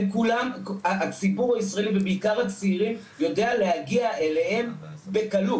הציבור הישראלי ובעיקר הצעירים יודע להגיע אליהם בקלות,